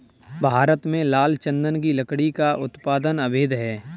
भारत में लाल चंदन की लकड़ी का उत्पादन अवैध है